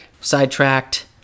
Sidetracked